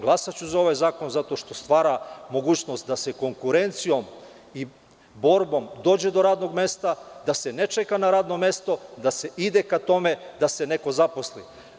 Glasaću za ovaj zakon zato što stvara mogućnost da se konkurencijom i borbom dođe do radnog mesta, da se ne čeka na radno mesto, da se ide ka tome da se neko zaposli.